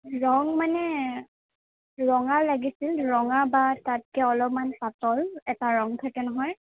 ৰং মানে ৰঙা লাগিছিল ৰঙা বা তাতকে অলপমান পাতল এটা ৰং থাকে নহয়